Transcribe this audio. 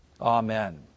Amen